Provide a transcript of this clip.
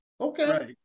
Okay